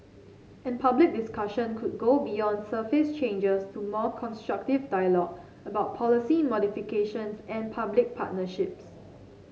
and public discussion could go beyond surface changes to more constructive dialogue about policy modifications and public partnerships